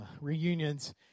reunions